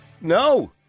No